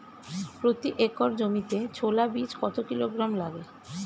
প্রতি একর জমিতে ছোলা বীজ কত কিলোগ্রাম লাগে?